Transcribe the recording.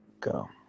go